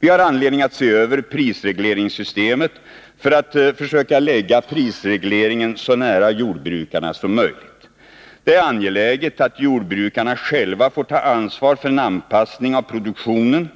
Vi har anledning att se över prisregleringssystemet för att försöka lägga prisregleringen så nära jordbrukarna som möjligt. Det är angeläget att jordbrukarna själva får ta ansvar för en anpassning av produktionen.